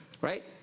right